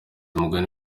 mugabe